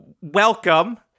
Welcome